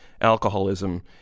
alcoholism